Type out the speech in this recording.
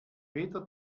peter